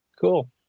Cool